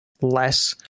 less